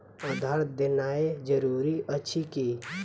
आधार देनाय जरूरी अछि की?